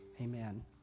amen